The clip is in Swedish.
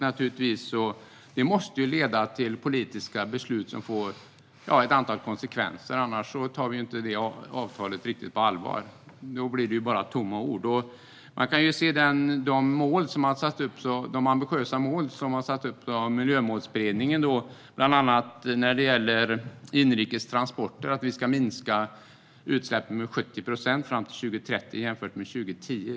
Naturligtvis måste det leda till politiska beslut som får ett antal konsekvenser, annars tar vi ju inte avtalet på allvar. Då blir det bara tomma ord. Det har satts upp ambitiösa mål av Miljömålsberedningen, bland annat att vi fram till 2030 ska minska utsläppen från inrikes transporter med 70 procent jämfört med 2010.